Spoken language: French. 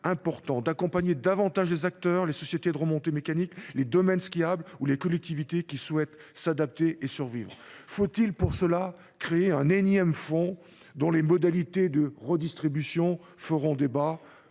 important d’accompagner davantage les acteurs – sociétés gestionnaires des remontées mécaniques et des domaines skiables ou collectivités – qui souhaitent s’adapter et survivre. Faut il pour cela créer un énième fonds dont les modalités de redistribution feront débat ?